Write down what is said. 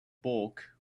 bulk